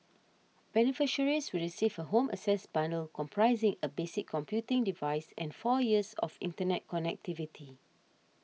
beneficiaries will receive a Home Access bundle comprising a basic computing device and four years of internet connectivity